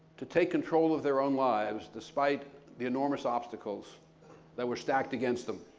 to take control of their own lives despite the enormous obstacles that were stacked against them.